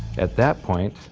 at that point,